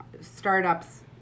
startups